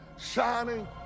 shining